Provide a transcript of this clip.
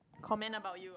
comment about you